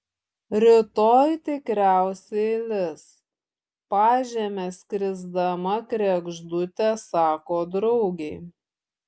rytoj tikriausiai lis pažeme skrisdama kregždutė sako draugei